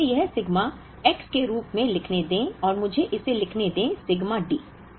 तो मुझे यह सिग्मा X के रूप में लिखने दें और मुझे इसे लिखने दें सिग्मा D